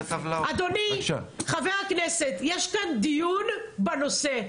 אדוני, חבר הכנסת, יש כאן דיון בנושא.